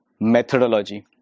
methodology